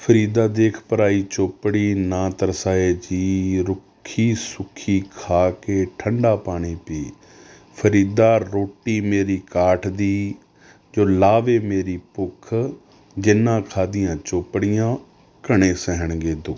ਫਰੀਦਾ ਦੇਖ ਪਰਾਈ ਚੌਪੜੀ ਨਾ ਤਰਸਾਇ ਜੀਅ ਰੁੱਖੀ ਸੁੱਖੀ ਖਾ ਕੇ ਠੰਢਾ ਪਾਣੀ ਪੀ ਫਰੀਦਾ ਰੋਟੀ ਮੇਰੀ ਕਾਠ ਦੀ ਜੋ ਲਾਵੇ ਮੇਰੀ ਭੁੱਖ ਜਿਨ੍ਹਾਂ ਖਾਧੀਆਂ ਚੌਪੜੀਆਂ ਘਣੇ ਸਹਿਣਗੇ ਦੁੱਖ